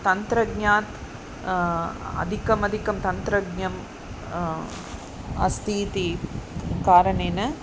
तन्त्रज्ञात् अधिकाधिकं तन्त्रज्ञः अस्ति इति कारणेन